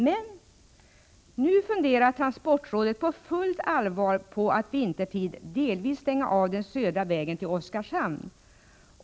Men nu funderar transportrådet på fullt allvar på att vintertid delvis stänga av den södra ”vägen” till Oskarshamn.